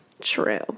true